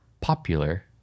popular